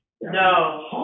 No